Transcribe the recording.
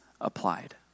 applied